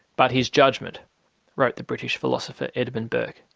but his judgement wrote the british philosopher edmund burke.